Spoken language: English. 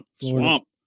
Swamp